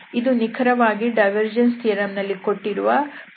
ಇದು ನಿಖರವಾಗಿ divergence theorem ನಲ್ಲಿ ಕೊಟ್ಟಿರುವ ಹರಿಯುವಿಕೆ ಆಗಿದೆ